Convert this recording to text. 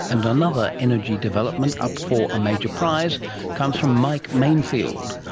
and another energy development up for a major prize comes from mike manefield,